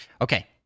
Okay